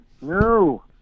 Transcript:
No